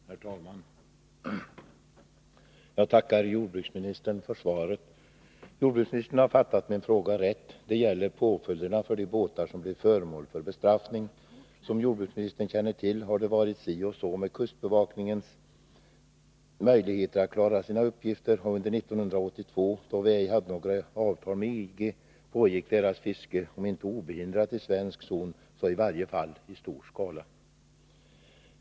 Herr talman! Jag tackar jordbruksministern för svaret. Jordbruksministern har uppfattat min fråga rätt. Den gäller påföljderna för de båtar som blir föremål för bestraffning. Som jordbruksministern känner till har det varit si och så med kustbevakningens möjligheter att klara sina uppgifter. Under 1982, då vi ej hade några avtal med EG, pågick fiske från utländska båtar, om inte obehindrat så i varje fall i stor skala i svensk zon.